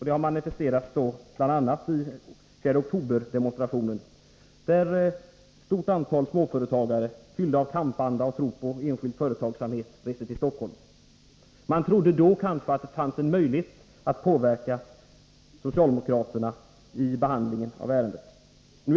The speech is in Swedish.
Det har manifesterats bl.a. i 4 oktober-demonstrationen, där ett stort antal småföretagare — fyllda av kampanda och tro på enskild företagsamhet — reste till Stockholm. De trodde kanske då, att det fanns en möjlighet att påverka socialdemokraterna vid behandlingen av ärendet.